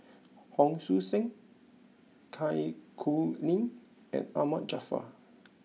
Hon Sui Sen Zai Kuning and Ahmad Jaafar